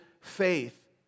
faith